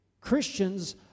Christians